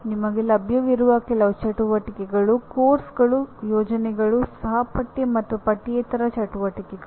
ನಮಗೆ ಲಭ್ಯವಿರುವ ಕೆಲವು ಚಟುವಟಿಕೆಗಳು ಪಠ್ಯಕ್ರಮಗಳು ಯೋಜನೆಗಳು ಸಹಪಠ್ಯ ಮತ್ತು ಪಠ್ಯೇತರ ಚಟುವಟಿಕೆಗಳು